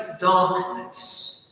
darkness